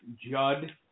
Judd